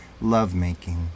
lovemaking